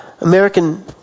American